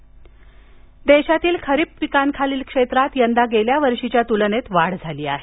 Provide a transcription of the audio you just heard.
खरीप देशातील खरीप पिकांखालील क्षेत्रात यंदा गेल्या वर्षीच्या तुलनेत वाढ झाली आहे